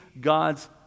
God's